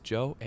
Joe